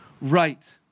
right